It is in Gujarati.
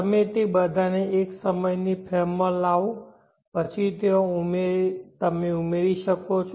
તમે તે બધાને એક જ સમયની ફ્રેમમાં લાવો પછી ત્યાં તમે ઉમેરી શકો છો